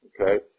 Okay